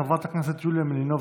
חברת הכנסת יוליה מלינובסקי,